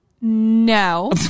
No